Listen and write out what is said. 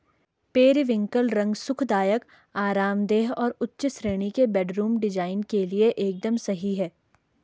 periwinkle रंग सुखदायक, आरामदेह और उच्च श्रेणी के बेडरूम डिजाइन के लिए एकदम सही है